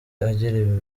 agira